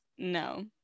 no